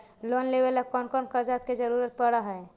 Loan लेबे ल कैन कौन कागज के जरुरत पड़ है?